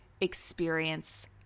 experience